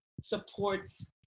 supports